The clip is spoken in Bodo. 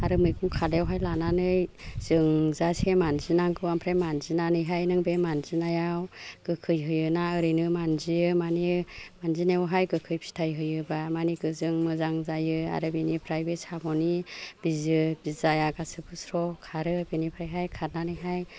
आरो मैगं खादायावहाय लानानै जोंजासे मानजिनांगौ आमफ्राय मानजिनानैहाय नों बे मानजिनायाव गोखै होयो ना ओरैनो मानजियो मानि मानजिनायावहाय गोखै फिथाइ होयोबा मानि गोजों मोजां जायो आरो बेनिफ्राय बे साम'नि बिजो बिजाया गासैबो स्र खारो बेनिफ्रायहाय खारनानैहाय